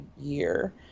year